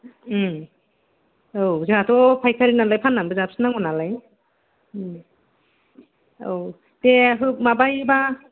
औ जोंहाथ' फायखारि नालाय फाननानैबो जाफिननांगौ नालाय औ दे माबायोबा